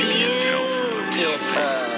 Beautiful